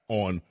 on